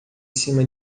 cima